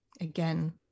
again